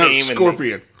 Scorpion